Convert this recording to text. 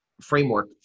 framework